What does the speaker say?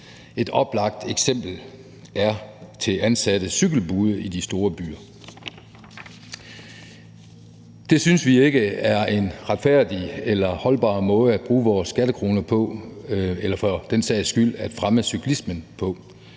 Et oplagt eksempel er ansatte cykelbude i de store byer. Det synes vi ikke er en retfærdig eller holdbar måde at bruge vores skattekroner på eller for den sags skyld at fremme cyklismen på.